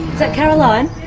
that caroline?